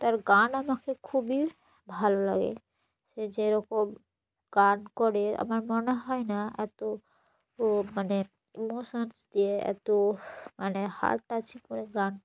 তার গান আমাকে খুবই ভালো লাগে সে যেরকম গান করে আমার মনে হয় না এতো ও মানে ইমোশানস দিয়ে এতো মানে হার্ট টাচিং করে গান